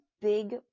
big